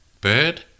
bird